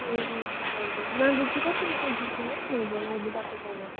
ए हजुर मागुर चाहिँ कसरी केजी छ हजुर अहिले तपाईँकोमा